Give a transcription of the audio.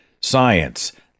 science